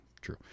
True